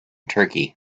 turkey